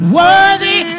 worthy